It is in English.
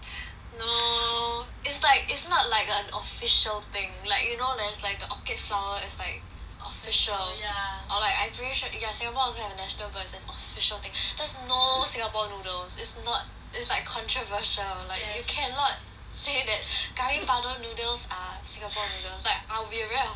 no is like is not like an official thing like you know there's like the orchid flower it's like official yeah or like I'm pretty sure ya singapore also have national version official thing there's no singapore noodles it's not it's like controversial like you cannot say that curry powder noodles are singapore noodles like I will be very offended